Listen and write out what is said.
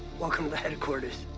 welcome to the headquarters.